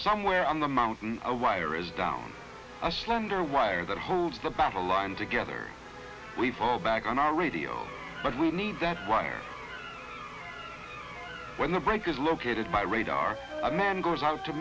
somewhere on the mountain a wire is down a slender wire that holds the battle lines together we fall back on our radio but we need that wire when the brake is located by radar and then goes out to